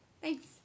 Thanks